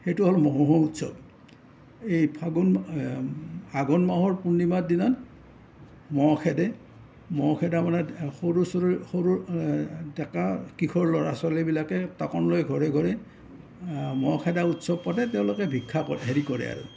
সেইটো হ'ল মহোহো উৎসৱ এই ফাগুন ফাগুন মাহৰ পুৰ্ণিমাৰ দিনা মহ খেদে মহ খেদা মানে সৰু চৰু সৰু ডেকা কিশোৰ ল'ৰা ছোৱালীবিলাকে টাকোন লৈ ঘৰে ঘৰে মহ খেদা উৎসৱ পাতে তেওঁলোকে ভিক্ষা হেৰি কৰে আৰু